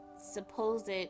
supposed